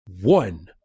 one